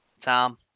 tom